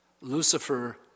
Lucifer